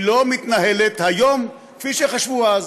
היא לא מתנהלת היום כפי שחשבו אז.